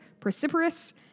precipitous